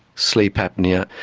sleep apnoea,